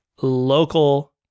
local